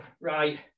Right